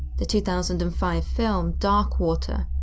the two thousand and five film dark water.